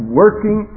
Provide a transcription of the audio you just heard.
working